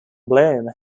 bloom